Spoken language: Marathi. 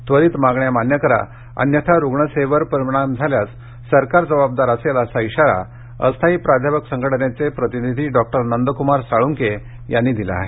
त्वरित मागण्या मान्य करा अन्यथा रुग्णसेवेर परिणाम झाल्यास सरकार जबाबदार असेल असा इशारा अस्थायी प्राध्यापक संघटनेचे प्रतिनिधी डॉक्टर नंदकुमार साळुके यांनी दिला आहे